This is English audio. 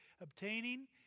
obtaining